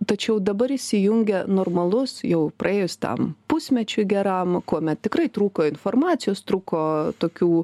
tačiau dabar įsijungia normalus jau praėjus tam pusmečiui geram kuomet tikrai trūko informacijos trūko tokių